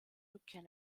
rückkehr